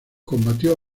combatió